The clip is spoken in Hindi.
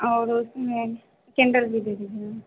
और उसमें कैन्डल भी दे दीजिएगा